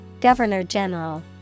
Governor-General